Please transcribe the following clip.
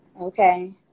Okay